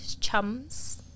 Chum's